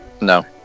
No